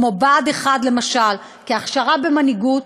כמו בה"ד 1, למשל, כהכשרה במנהיגות,